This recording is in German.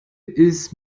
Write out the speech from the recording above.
ist